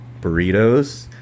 burritos